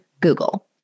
Google